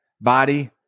body